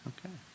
Okay